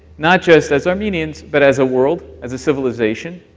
not just as armenians, but as a world, as a civilization,